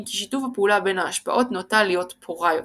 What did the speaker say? אם כי שיתוף הפעולה בין ההשפעות נוטה להיות פורה יותר.